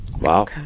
Wow